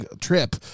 trip